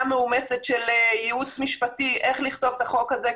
מאומצת של ייעוץ משפטי איך לכתוב את החוק הזה,